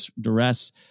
duress